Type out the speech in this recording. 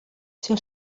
ser